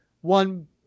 one